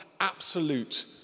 absolute